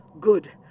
Good